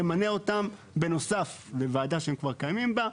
נמנה אותם בנוסף לוועדה שהם כבר קיימים בה,